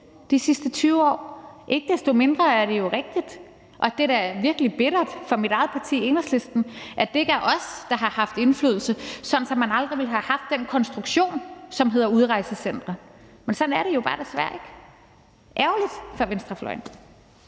de sidste 20 år. Ikke desto mindre er det jo rigtigt. Og det er da virkelig bittert for mit eget parti, Enhedslisten, at det ikke er os, der har haft indflydelse, for så ville man aldrig have haft den konstruktion, som hedder udrejsecentre; men sådan er det jo bare desværre ikke. Ærgerligt for venstrefløjen.